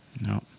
No